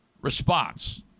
response